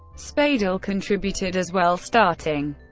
speidel contributed as well, starting,